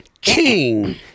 King